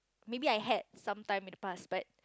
maybe I had sometime in the past but